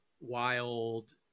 wild